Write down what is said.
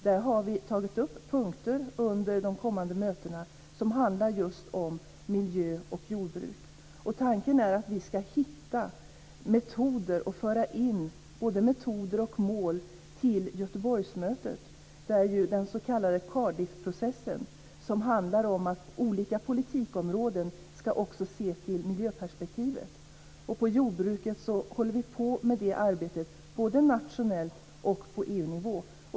Där har vi tagit upp punkter under de kommande mötena som handlar just om miljö och jordbruk. Tanken är att vi ska hitta både metoder och mål till Göteborgsmötet. Det gäller den s.k. Cardiffprocessen, som handlar om att olika politikområden också ska se till miljöperspektivet. På jordbrukets område håller vi på med det arbetet både nationellt och på EU-nivå.